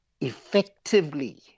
effectively